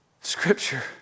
scripture